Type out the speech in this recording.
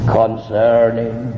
concerning